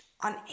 On